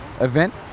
event